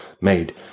Made